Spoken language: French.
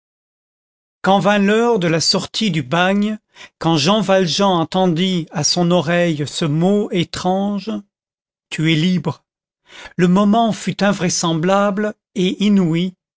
quand vint l'heure de la sortie du bagne quand jean valjean entendit à son oreille ce mot étrange tu es libre le moment fut invraisemblable et inouï